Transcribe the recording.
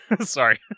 Sorry